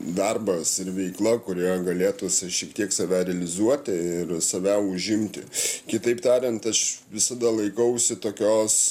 darbas ir veikla kurioje galėtų šiek tiek save realizuoti ir save užimti kitaip tariant aš visada laikausi tokios